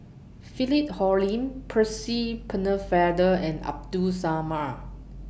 Philip Hoalim Percy Pennefather and Abdul Samad